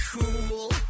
cool